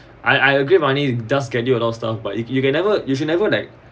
I I agree money does get you a lot of stuff but if you can never you should never like